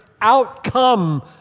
outcome